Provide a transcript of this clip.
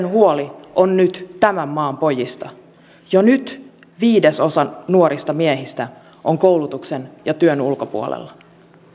huoli on nyt tämän maan pojista jo nyt viidesosa nuorista miehistä on koulutuksen ja työn ulkopuolella